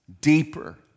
deeper